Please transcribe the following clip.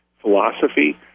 philosophy